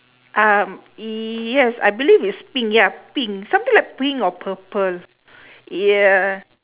um yes I believe it's pink ya pink something like pink or purple yeah